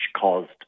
caused